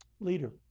leader